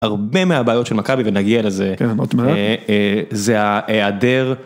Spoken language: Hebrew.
הרבה מהבעיות של מכבי ונגיע לזה, זה ההיעדר.